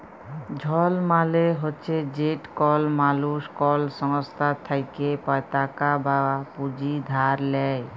ঋল মালে হছে যেট কল মালুস কল সংস্থার থ্যাইকে পতাকা বা পুঁজি ধার লেই